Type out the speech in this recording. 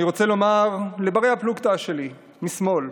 אני רוצה לומר לבני-הפלוגתא שלי משמאל: